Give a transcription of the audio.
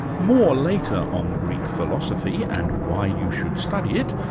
more later on greek philosophy and why you should study it,